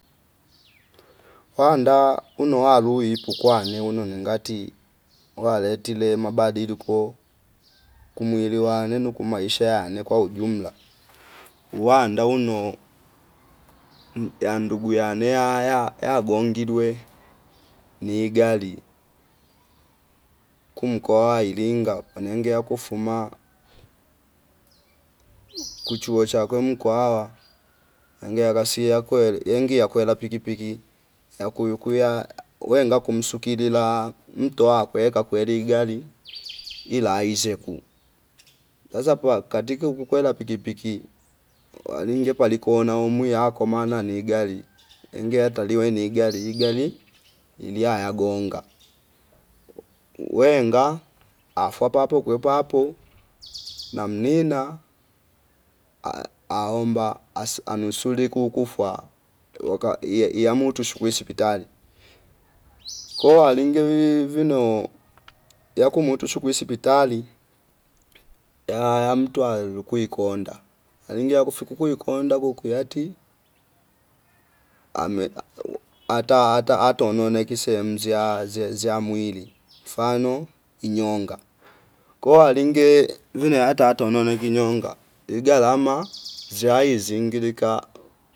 Wanda uno walui upu kwa niuno ni ngati waletile mabadiliko kumwili wa nenu ku maisha yane kwa ujumla uwanda uno yandugu yane ayaya yagongi dwe nigali kumkoa ilinga kwa nengeya kufuma ku chuo chakwe Mkwawa yange akasia kwele engi yakwela pikipiki akuyu kuya wenga kumsu kilila mto kweka kweli igali ila izekuu waza pwa katika uku kwela pikipiki walinge pali kona umwi yakoma nani gali inge ataliwa iniga ligale ilia yagonga wenga afwa papo kwe papo namnina ahh aomba asu anusuliku kuukufa waka iya- iyamu tukushwi sipitali ko walinge wiwi vino yakumutu shuku sipitali yaya yamtu ailukwi konda engia kukufu konda kukuyati ame ata- ata- atano noneki seimzya ze- zeya mwili mfano inyonga, ko alinge vino ata atano ne jinyonga igalama ziyazi zingilika